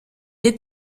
est